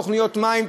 תוכניות מים,